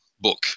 book